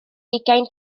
ugain